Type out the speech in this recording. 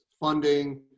funding